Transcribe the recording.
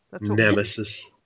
Nemesis